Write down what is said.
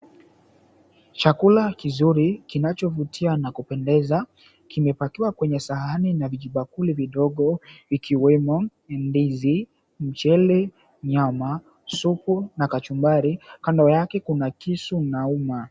Chakula kizuri kinachovutia na kupendeza, kimepakiwa kwenye sahani na vijibakuli vidogo. Ikiwemo; ndizi, mchele, nyama, supu, na kachumbari. Kando yake kuna kisu na uma.